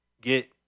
get